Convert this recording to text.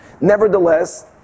Nevertheless